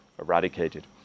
eradicated